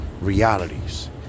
realities